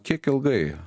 kiek ilgai